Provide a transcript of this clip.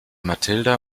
matilda